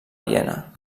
viena